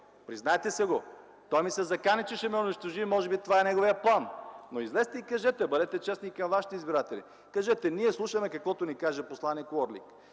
Признайте си го! Той ми се закани, че ще ме унищожи и може би това е неговият план. Но излезте, бъдете честни към вашите избиратели, кажете: „Ние слушаме каквото ни каже посланик Уорлик.